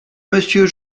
monsieur